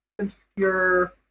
obscure